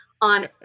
On